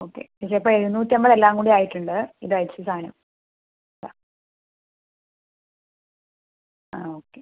okay ചേച്ചി അപ്പോൾ എഴുന്നൂറ്റമ്പത് എല്ലാം കൂടി ആയിട്ടുണ്ട് ഇതാ ചേച്ചി സാധനം ഇതാ ആ ഓക്കെ